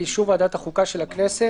באישור ועדת החוקה של הכנסת,